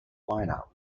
liner